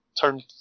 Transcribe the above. turn